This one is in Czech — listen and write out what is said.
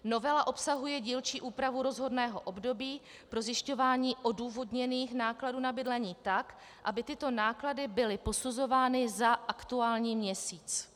Novela obsahuje dílčí úpravu rozhodného období pro zjišťování odůvodněných nákladů na bydlení tak, aby tyto náklady byly posuzovány za aktuální měsíc.